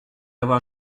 avoir